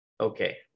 okay